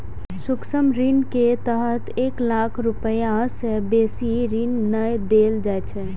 सूक्ष्म ऋण के तहत एक लाख रुपैया सं बेसी ऋण नै देल जाइ छै